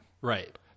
Right